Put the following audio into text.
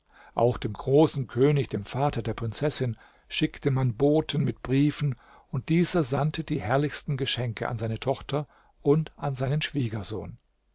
auch dem großen könig dem vater der prinzessin schickte man boten mit briefen und dieser sandte die herrlichsten geschenke an seine tochter und an seinen schwiegersohn